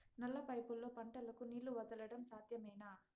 నల్ల పైపుల్లో పంటలకు నీళ్లు వదలడం సాధ్యమేనా?